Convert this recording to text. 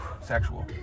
Sexual